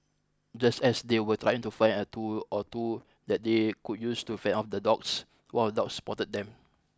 just as they were trying to find a tool or two that they could use to fend off the dogs one of the dogs spotted them